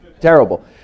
terrible